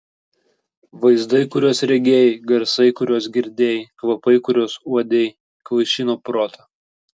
vaizdai kuriuos regėjai garsai kuriuos girdėjai kvapai kuriuos uodei kvaišino protą